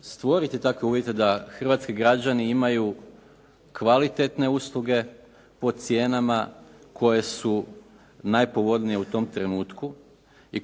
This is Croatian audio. stvoriti takve uvjete da hrvatski građani imaju kvalitetne usluge po cijenama koje su najpovoljnije u tom trenutku i